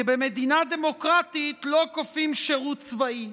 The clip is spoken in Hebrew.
כי במדינה דמוקרטית לא כופים שירות צבאי.